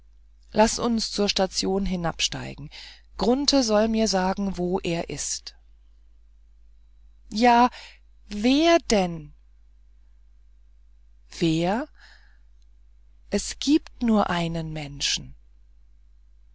laß uns zur station hinabsteigen grunthe soll mir sagen wo er ist ja wer denn wer es gibt nur einen menschen